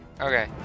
Okay